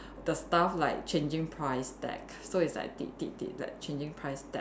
the staff like changing price tag so it's like they they they like changing price tag